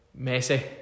Messi